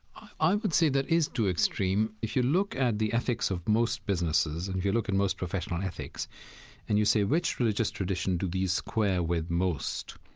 i would say that is too extreme. if you look at the ethics of most businesses and if you look in most professional ethics and you say, which religious tradition do these square with most?